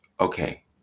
okay